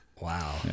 Wow